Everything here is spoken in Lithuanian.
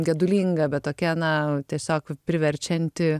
gedulinga bet tokia na tiesiog priverčianti